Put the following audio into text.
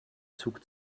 zug